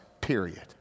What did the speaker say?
period